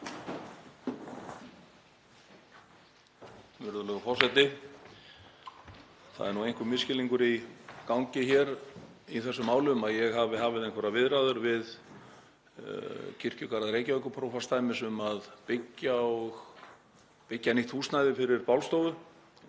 Það er nú einhver misskilningur í gangi hér í þessum málum, að ég hafi hafið einhverjar viðræður við Kirkjugarða Reykjavíkurprófastsdæmis um að byggja nýtt húsnæði fyrir bálstofu.